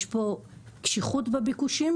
יש פה קשיחות בביקושים,